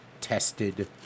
tested